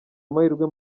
amahirwe